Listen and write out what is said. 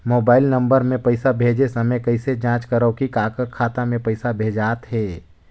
Mobile number मे पइसा भेजे समय कइसे जांच करव की काकर खाता मे पइसा भेजात हे?